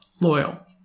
loyal